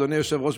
אדוני היושב-ראש,